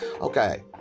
Okay